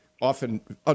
Often